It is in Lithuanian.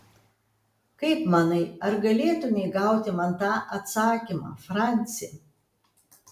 kaip manai ar galėtumei gauti man tą atsakymą franci